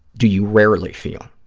do you rarely feel?